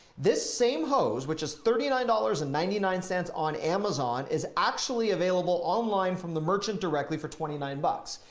this same hose which is thirty nine dollars and ninety nine cents on amazon is actually available online from the merchant directly for twenty nine bucks.